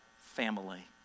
family